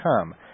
come